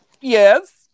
yes